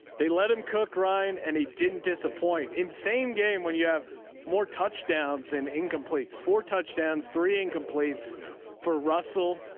they let him cook ryan and he didn't disappoint insane game. when you have more touchdowns than incompletes four touchdowns, three incompletes for russell